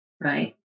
Right